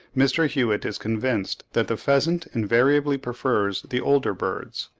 mr. hewitt is convinced that the pheasant invariably prefers the older birds.